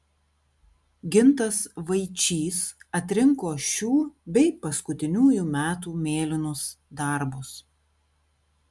gintas vaičys atrinko šių bei paskutiniųjų metų mėlynus darbus